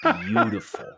beautiful